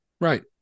Right